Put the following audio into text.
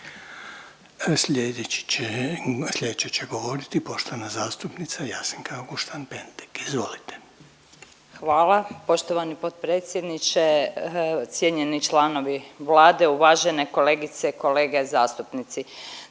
Sljedeća će govoriti poštovana zastupnica Jasenka Auguštan-Pentek. Izvolite. **Auguštan-Pentek, Jasenka (SDP)** Hvala poštovani potpredsjedniče, cijenjeni članovi Vlade, uvažene kolegice, kolege zastupnici.